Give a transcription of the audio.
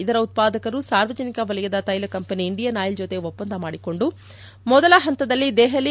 ಇದರ ಉತ್ವಾದಕರು ಸಾರ್ವಜನಿಕ ವಲಯದ ತೈಲ ಕಂಪೆನಿ ಇಂಡಿಯನ್ ಆಯಿಲ್ ಜೊತೆ ಒಪ್ಪಂದ ಮಾಡಿಕೊಂಡು ಮೊದಲ ಹಂತದಲ್ಲಿ ದೆಹಲಿ